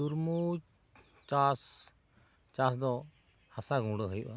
ᱛᱩᱨᱢᱩᱡᱽ ᱪᱟᱥ ᱪᱟᱥᱫᱚ ᱦᱟᱥᱟ ᱜᱩᱱᱰᱟᱹ ᱦᱩᱭᱩᱜᱼᱟ